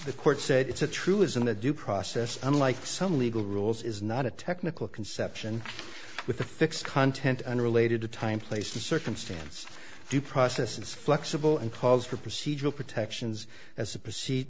the court said it's a truism that due process unlike some legal rules is not a technical conception with a fixed content unrelated to time place the circumstance due process is flexible and calls for procedural protections as